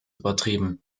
übertrieben